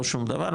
לא שום דבר,